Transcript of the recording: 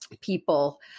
people